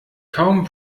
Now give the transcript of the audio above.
kaum